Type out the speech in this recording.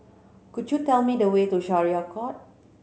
could you tell me the way to Syariah Court